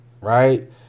Right